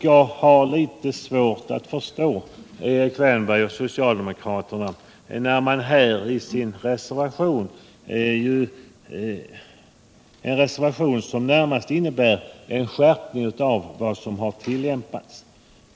Jag har litet svårt att förstå Erik Wärnberg Nr 56 och den socialdemokratiska reservationen, som närmast innebär en skärp Lördagen den ning av vad som tillämpats.